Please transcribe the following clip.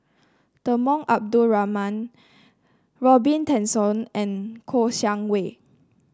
Temenggong Abdul Rahman Robin Tessensohn and Kouo Shang Wei